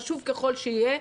חשוב ככל שיהיה,